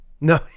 No